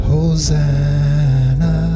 Hosanna